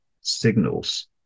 signals